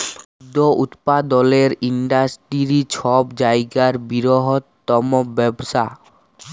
খাদ্য উৎপাদলের ইন্ডাস্টিরি ছব জায়গার বিরহত্তম ব্যবসা